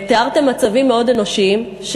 תיארתם מצבים מאוד אנושיים.